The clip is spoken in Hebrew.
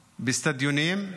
באצטדיונים,